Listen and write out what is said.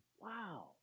Wow